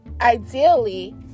ideally